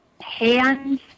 hands